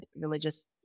religious